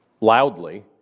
loudly